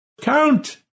Count